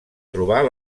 trobar